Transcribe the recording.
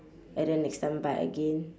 and then next time buy again